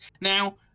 now